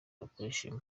bakoresheje